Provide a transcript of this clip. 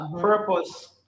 purpose